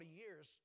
years